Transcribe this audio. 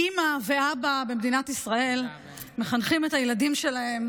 אימא ואבא במדינת ישראל מחנכים את הילדים שלהם,